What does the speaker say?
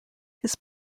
his